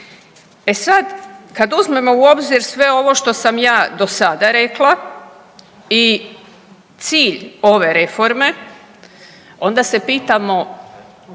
E sad, kad uzmemo u obzir sve ovo što sam ja do sada rekla i cilj ove reforme onda se pitamo